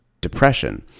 depression